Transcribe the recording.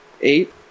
Eight